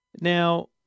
Now